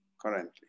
currently